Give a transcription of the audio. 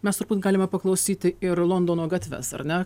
mes turbūt galime paklausyti ir londono gatves ar ne